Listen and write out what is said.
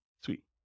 Sweet